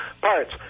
parts